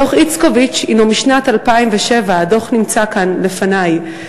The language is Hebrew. דוח איצקוביץ הוא משנת 2007, הדוח נמצא כאן לפני.